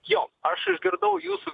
jo aš išgirdau jūsų